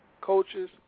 coaches